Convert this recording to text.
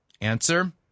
Answer